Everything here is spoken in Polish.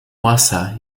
łasa